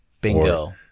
Bingo